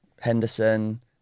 Henderson